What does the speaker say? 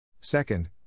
Second